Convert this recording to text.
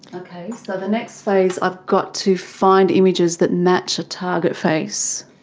okay, so the next phase i've got to find images that match a target face.